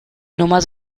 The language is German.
nummer